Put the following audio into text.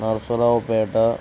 Narasaraopet